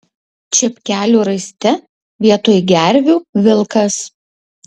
čepkelių raiste vietoj gervių vilkas